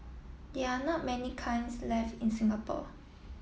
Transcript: there are not many kinds left in Singapore